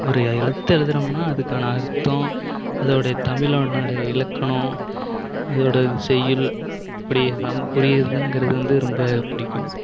ஒரு எழுத்தை எழுதுறோம்னா அதுக்கான அர்த்தம் அதோடைய தமிழோன்னோடைய இலக்கணம் அதோடய செய்யுள் இப்படி இருந்தாலும் புரிகிறதுங்கிறது வந்து ரொம்ப பிடிக்கும்